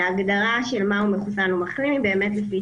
ההגדרה של מהו מחוסן ומהו מחלים זה באמת לפי